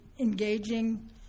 engaging